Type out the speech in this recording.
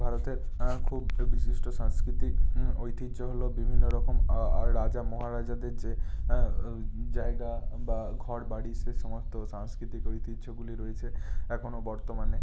ভারতের খুব বিশিষ্ট সাংস্কৃতিক ঐতিহ্য হলো বিভিন্ন রকম আর রাজা মহারাজাদের যে জায়গা বা ঘরবাড়ি সে সমস্ত সাংস্কৃতিক ঐতিহ্যগুলি রয়েছে এখনও বর্তমানে